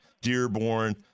Dearborn